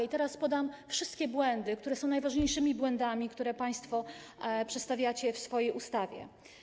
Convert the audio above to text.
I teraz podam wszystkie błędy, które są najważniejszymi błędami, które państwo przedstawiacie w swojej ustawie.